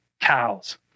cows